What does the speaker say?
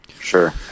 Sure